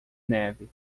neve